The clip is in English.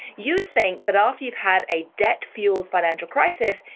you'd think that after you'd had a debt-fueled financial crisis,